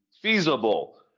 feasible